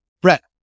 Brett